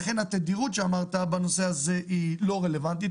לכן התדירות שאמרת בנושא הזה היא לא רלוונטית.